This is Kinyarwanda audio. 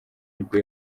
nibwo